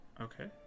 Okay